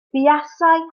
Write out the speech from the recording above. buasai